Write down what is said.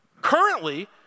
currently